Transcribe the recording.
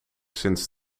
sinds